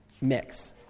mix